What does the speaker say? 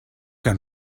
que